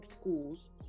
schools